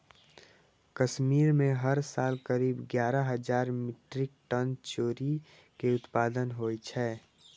कश्मीर मे हर साल करीब एगारह हजार मीट्रिक टन चेरी के उत्पादन होइ छै